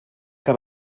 que